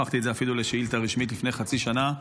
הפכתי את זה אפילו לשאילתה רשמית לפני חצי שנה.